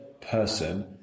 person